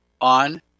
on